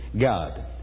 God